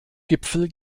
gipfel